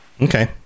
okay